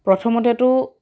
প্ৰথমতেটো